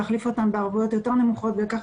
להחליף אותן בערבויות יותר נמוכות וכך